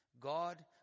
God